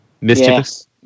Mischievous